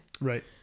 Right